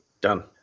Done